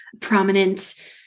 prominent